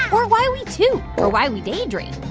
or why we toot, or why we day dream,